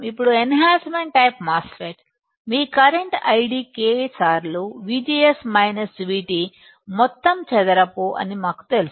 ఇప్పుడు enhancement type MOSFET మీ current ID K సార్లు VGS మైనస్ VT మొత్తం చదరపు అని మాకు తెలుసు